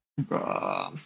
Bro